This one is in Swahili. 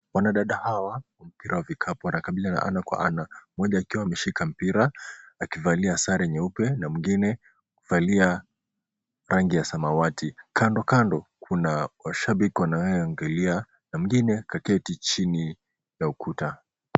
Wanadada hawa wa mpira wa vikapu wanakabiliana ana kwa ana, mmoja akiwa ameshika mpira akivalia sare nyeupe na mwingine akivalia rangi ya samawati. Kando kando kuna mashabiki wanaoshangilia na mwingine ka keti chini ya ukuta.